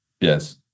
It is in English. Yes